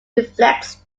reflects